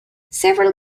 several